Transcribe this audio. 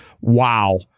Wow